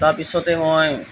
তাৰপিছতে মই